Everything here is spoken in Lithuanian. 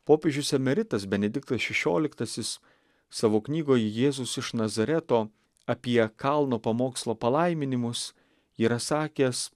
popiežius emeritas benediktas šešioliktasis savo knygoj jėzus iš nazareto apie kalno pamokslo palaiminimus yra sakęs